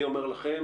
אני אומר לכם,